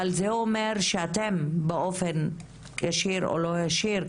אבל זה אומר שאתם באופן ישיר או לא ישיר,